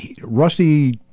Rusty